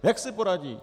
Jak si poradí?